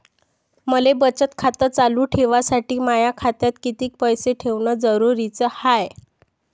मले बचत खातं चालू ठेवासाठी माया खात्यात कितीक पैसे ठेवण जरुरीच हाय?